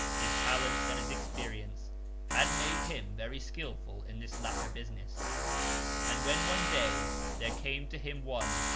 his talents and his experience had made him very skilful in this latter business and when one day there came to him one,